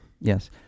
Yes